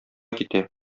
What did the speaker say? китә